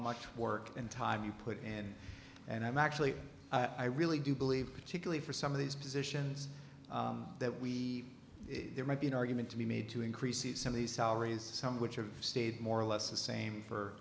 much work and time you put in and i'm actually i really do believe particularly for some of these positions that we there might be an argument to be made to increase the some of these salaries some which are of stayed more or less the same